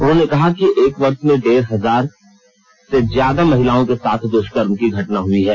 उन्होंने कहा कि एक वर्ष में डेढ़ हजार से ज्यादा महिलाओं के साथ दुष्कर्म की घटना हुई है